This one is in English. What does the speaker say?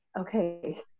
okay